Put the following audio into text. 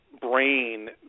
brain